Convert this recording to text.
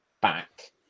back